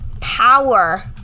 power